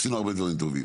עשינו הרבה דברים טובים.